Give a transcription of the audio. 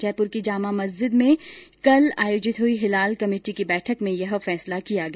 जयपुर की जामा मस्जिद में कल आयोजित हुई हिलाल कमेटी की बैठक में यह फैसला किया गया